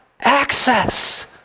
access